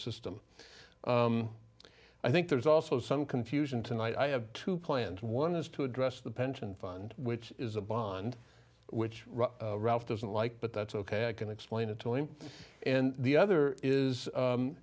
system i think there's also some confusion tonight i have two plans one is to address the pension fund which is a bond which ralph doesn't like but that's ok i can explain it to him and the other is